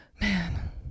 Man